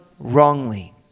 wrongly